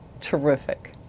terrific